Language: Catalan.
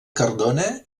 cardona